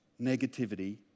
negativity